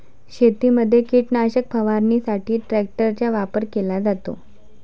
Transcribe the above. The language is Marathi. शेतीमध्ये कीटकनाशक फवारणीसाठी ट्रॅक्टरचा वापर केला जातो